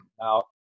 Now